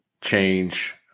change